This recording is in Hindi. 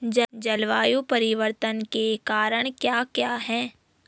जलवायु परिवर्तन के कारण क्या क्या हैं?